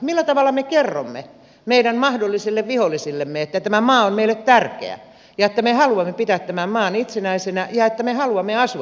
millä tavalla me kerromme meidän mahdollisille vihollisillemme että tämä maa on meille tärkeä ja että me haluamme pitää tämän maan itsenäisenä ja että me haluamme asua tässä maassa